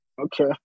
Okay